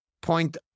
point